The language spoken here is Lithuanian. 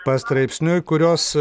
pastraipsniui kurios